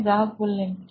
গ্রাহক কি